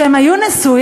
שהם היו נשואים?